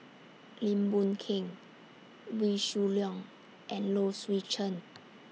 Lim Boon Keng Wee Shoo Leong and Low Swee Chen